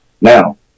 Now